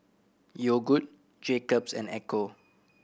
Yogood Jacob's and Ecco